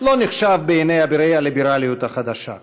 לא נחשב בעיני אבירי הליברליות החדשה.